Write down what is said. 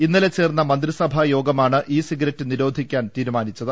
ഇന്നലെ ചേർന്ന മന്ത്രിസഭാ യോഗമാണ് ഇ സിഗററ്റ് നിരോധിക്കാൻ തീരുമാനിച്ചത്